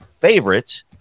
favorite